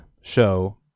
show